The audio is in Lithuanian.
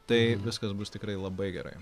tai viskas bus tikrai labai gerai